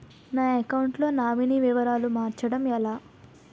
నా అకౌంట్ లో నామినీ వివరాలు మార్చటం ఎలా?